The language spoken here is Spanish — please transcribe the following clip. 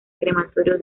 crematorio